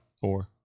four